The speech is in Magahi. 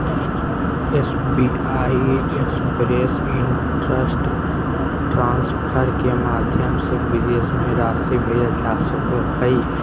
एस.बी.आई एक्सप्रेस इन्स्टन्ट ट्रान्सफर के माध्यम से विदेश में राशि भेजल जा सको हइ